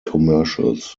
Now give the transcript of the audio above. commercials